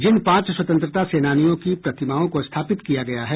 जिन पाँच स्वतंत्रता सेनानियों की प्रतिमाओं को स्थापित किया गया है